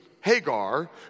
Hagar